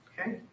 Okay